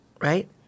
right